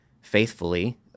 faithfully